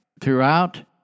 throughout